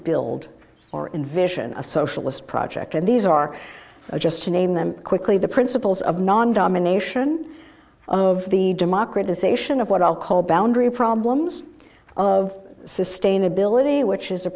build or envision a socialist project and these are just to name them quickly the principles of non domination of the democratization of what i'll call boundary problems of sustainability which is a